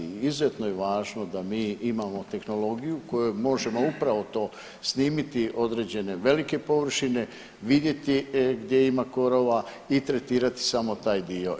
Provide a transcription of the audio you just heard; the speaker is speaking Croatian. Izuzetno je važno da mi imamo tehnologiju kojoj možemo upravo to snimiti određene velike površine, vidjeti gdje ima korova i tretirati samo taj dio.